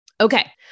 Okay